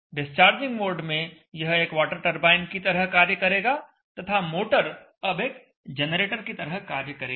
discharging mode में यह एक वाटर टरबाइन की तरह कार्य करेगा तथा मोटर अब एक जनरेटर की तरह कार्य करेगी